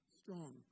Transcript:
strong